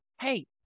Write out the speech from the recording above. hey